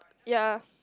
ya